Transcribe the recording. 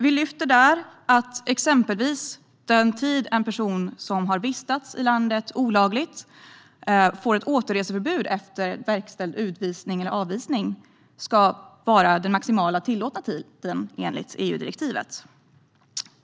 Vi lyfter exempelvis fram att den tid som en person har vistats i landet olagligt, när personen har fått ett återreseförbud efter verkställd utvisning eller avvisning, ska vara den maximala tillåtna tiden enligt EU-direktivet.